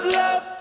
love